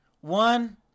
One